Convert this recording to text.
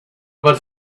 was